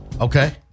Okay